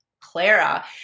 Clara